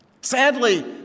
Sadly